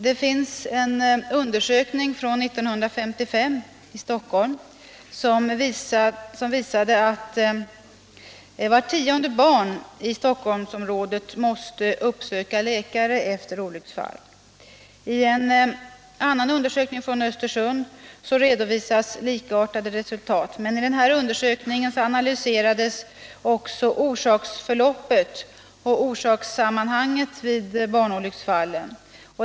Den s.k. Stockholmsundersökningen från 1955 visade t.ex. att vart tionde barn i Stockholmsområdet måste uppsöka läkare efter olycksfall. I en undersökning i Östersund redovisas likartade resultat. Men i Östersundsundersökningen analyserades också orsaksförloppet och orsakssammanhanget vid barnolycksfallen.